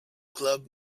club